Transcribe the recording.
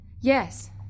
Yes